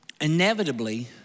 inevitably